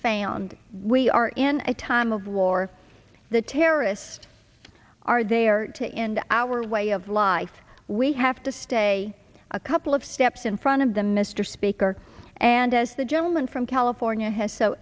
fanned we are in a time of war the terrorists are there to end our way of life we have to stay a couple of steps in front of them mr speaker and as the gentleman from california has so